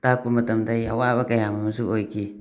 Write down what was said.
ꯇꯥꯛꯄ ꯃꯇꯝꯗ ꯑꯩ ꯑꯋꯥꯕ ꯀꯌꯥ ꯑꯃꯁꯨ ꯑꯣꯏꯈꯤ